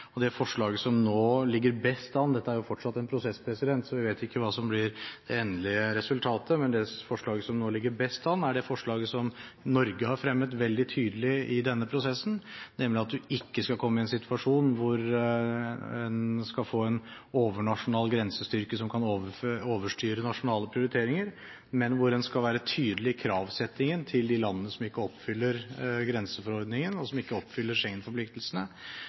gang. Det forslaget som nå ligger best an – dette er jo fortsatt en prosess, så vi vet ikke hva som blir det endelige resultatet – er det forslaget som Norge har fremmet veldig tydelig i denne prosessen, nemlig at en ikke skal komme i en situasjon hvor en skal få en overnasjonal grensestyrke som kan overstyre nasjonale prioriteringer, men hvor en skal være tydelig i kravsettingen til de landene som ikke oppfyller grenseforordningen, og som ikke oppfyller